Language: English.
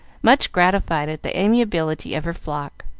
much gratified at the amiability of her flock.